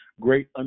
great